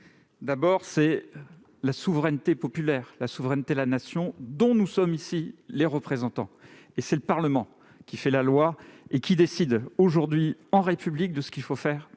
repose sur la souveraineté populaire, la souveraineté de la Nation, dont nous sommes ici les représentants. C'est le Parlement qui fait la loi et qui décide aujourd'hui de ce qu'il faut faire